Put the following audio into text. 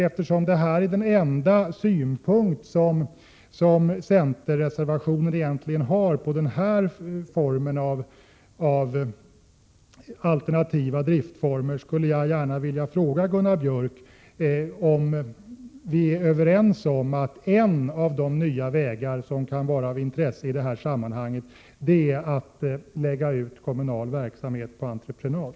Eftersom detta är den enda synpunkt centerreservationen har på detta slag av alternativa driftsformer, vill jag gärna fråga Gunnar Björk om vi är överens om att en av de nya vägar som kan vara av intresse är att lägga ut kommunal verksamhet på entreprenad.